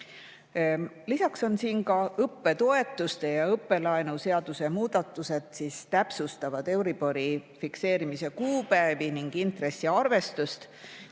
Lisaks on siin õppetoetuste ja õppelaenu seaduse muudatused, mis täpsustavad euribori fikseerimise kuupäevi ning intressiarvestust.